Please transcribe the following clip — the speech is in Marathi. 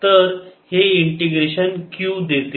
तर हे इंटिग्रेशन q देते